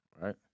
Right